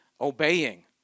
obeying